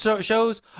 shows